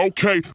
Okay